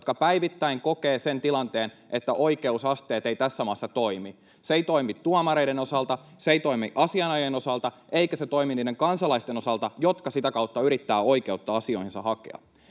jotka päivittäin kokevat sen tilanteen, että oikeusasteet eivät tässä maassa toimi. Ne eivät toimi tuomareiden osalta, ne eivät toimi asianajajien osalta, eivätkä ne toimi niiden kansalaisten osalta, jotka sitä kautta yrittävät oikeutta asioihinsa hakea.